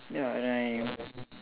ya and I'm